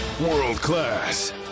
World-class